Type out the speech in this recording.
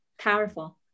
Powerful